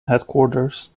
headquarters